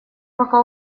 пока